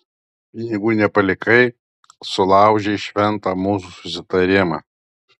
pinigų nepalikai sulaužei šventą mūsų susitarimą